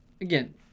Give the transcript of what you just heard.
again